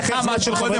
שאלות?